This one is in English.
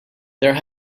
there